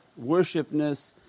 worshipness